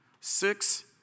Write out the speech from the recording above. six